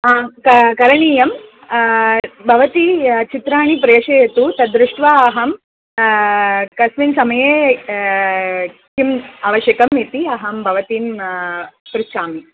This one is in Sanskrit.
आम् करणीयम् भवती चित्राणि प्रेषयतु तद्दृष्ट्वा अहं कस्मिन् समये किम् आवश्यकम् इति अहं भवतीं पृच्छामि